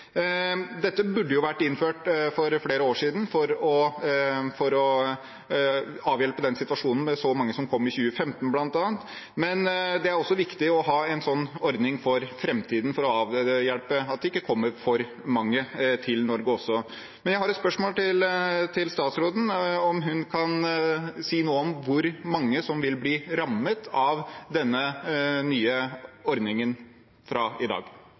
Dette burde vært innført for flere år siden for å avhjelpe situasjonen da så mange kom i 2015, bl.a., men det er også viktig å ha en slik ordning for framtiden for å avhjelpe at det ikke kommer for mange til Norge. Jeg har et spørsmål til statsråden – om hun kan si noe om hvor mange som vil bli rammet av denne nye ordningen fra i dag.